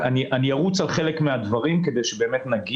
ארוץ על חלק מן הדברים כדי שנתקדם.